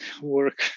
work